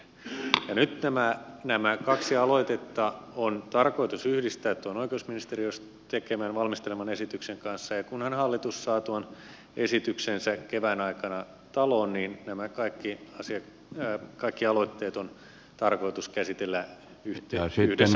nyt nämä kaksi aloitetta on tarkoitus yhdistää tuon oikeusministeriön valmisteleman esityksen kanssa ja kunhan hallitus saa tuon esityksensä kevään aikana taloon niin nämä kaikki aloitteet on tarkoitus käsitellä yhdessä paketissa talousvaliokunnassa